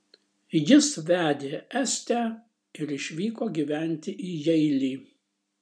jis vedė estę ir išvyko gyventi į jeilį